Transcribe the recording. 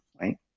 Right